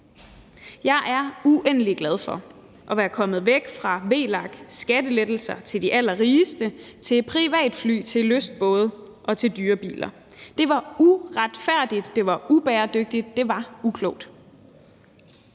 Jeg er uendelig glad for at være kommet væk fra VLAK-skattelettelser for de allerrigeste til privatfly, til lystbåde og til dyre biler. Det var uretfærdigt, det var ubæredygtigt, det var uklogt.